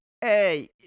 hey